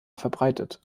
verbreitet